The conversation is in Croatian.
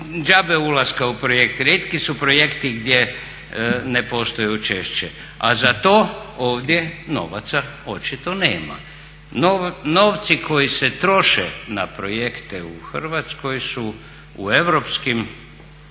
džabe ulaska u projekt, rijetki su projekti gdje ne postoji učešće, a za to ovdje novaca očito nema. Novci koji se troše na projekte u Hrvatskoj su u europskim